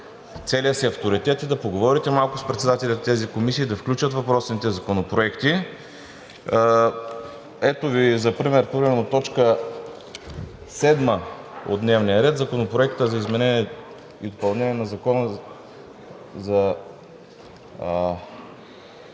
целия си авторитет и да поговорите малко с председателите на тези комисии да включат въпросните законопроекти. Ето Ви за пример т. 8 от дневния ред – Законопроектът за изменение и допълнение на Закона за